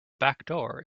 backdoor